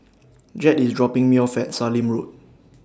Jett IS dropping Me off At Sallim Road